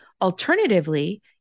Alternatively